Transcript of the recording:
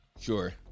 Sure